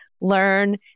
learn